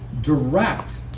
direct